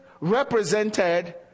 represented